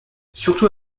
surtout